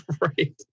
Right